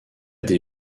des